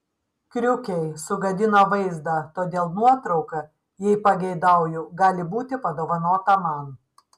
kriukiai sugadino vaizdą todėl nuotrauka jei pageidauju gali būti padovanota man